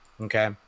Okay